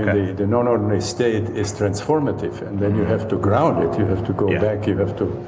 the non-ordinary state is transformative, and then you have to ground it. you have to go back, you have to